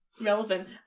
relevant